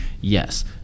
yes